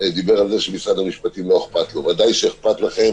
דיבר על זה שלמשרד המשפטים לא אכפת ודאי שאכפת להם,